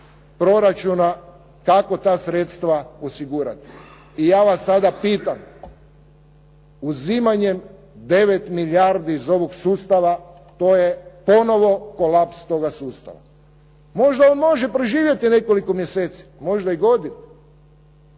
proračuna kako ta sredstva osigurati. I ja vas sada pitam, uzimanjem 9 milijardi iz ovog sustava to je ponovno kolaps toga sustava. Možda on može preživjeti nekoliko mjeseci, možda i godina,